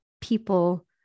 people